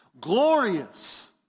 Glorious